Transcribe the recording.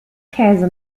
käse